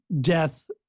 Death